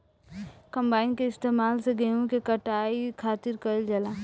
combine के इस्तेमाल से गेहूँ के कटाई खातिर कईल जाला